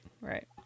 right